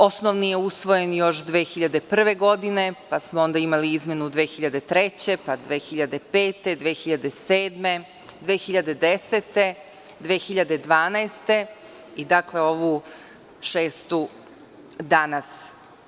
Osnovni je usvoje još 2001. godine, pa smo onda imali izmenu 2003, pa 2005, 2007, 2010, 2012. godine i ovu šestu danas.